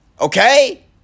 Okay